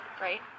Right